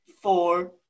four